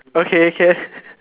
okay can